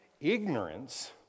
Ignorance